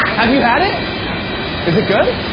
have you had it? yeah is it good?